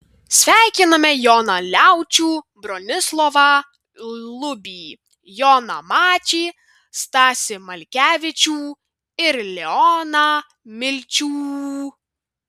sveikiname joną liaučių bronislovą lubį joną mačį stasį malkevičių ir leoną milčių